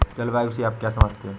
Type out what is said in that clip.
जलवायु से आप क्या समझते हैं?